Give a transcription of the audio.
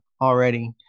already